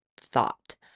thought